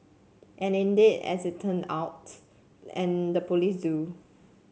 and indeed as it turn out and the police do